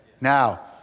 Now